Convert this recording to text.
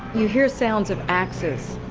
you hear sounds of axes